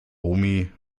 omi